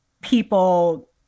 people